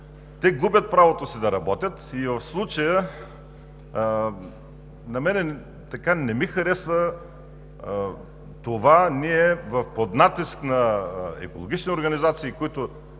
те губят правото си да работят. В случая на мен не ми харесва под натиск на екологични организации, които